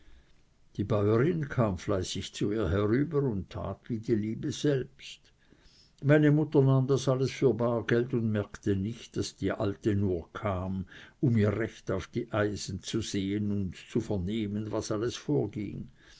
die bäuerin kam fleißig zu ihr herüber und tat wie die liebe selbst meine mutter nahm das alles für bar geld und merkte nicht daß die alte nur kam um ihr recht auf die eisen zu sehen und zu vernehmen was alles vorging